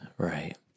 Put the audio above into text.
Right